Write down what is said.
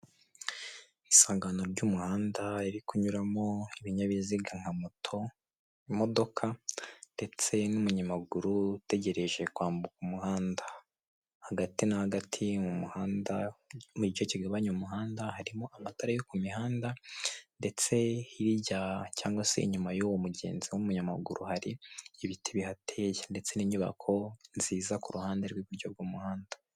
Isangano ry'umuhanda riri kunyuramo ibinyabiziga moto, imodoka ndetse n'umunyamaguru utegereje kwambuka umuhanda. Hagati na hagati mu muhanda mu gice kigabanya umuhanda, harimo amatara yo ku mihanda ndetse hijya cyangwa se inyuma y'uwo mugezi w'umunyamaguru hari ibiti bihateye ndetse n'inyubako nziza ku ruhande rw'iburyo bw'umuhanda.